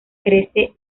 crece